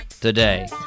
today